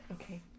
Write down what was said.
Okay